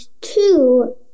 two